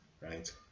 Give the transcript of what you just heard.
right